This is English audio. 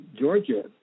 Georgia